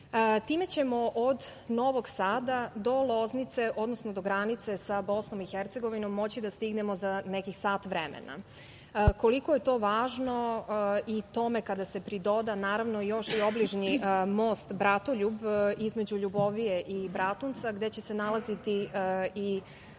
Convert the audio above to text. ćemo od Novog Sada do Loznice, odnosno do granice sa BiH moći da stignemo za nekih sat vremena. Koliko je to važno i tome kada se pridoda još i obližnji most Bratoljub između Ljubovije i Bratunca, gde će se nalazi i